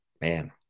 man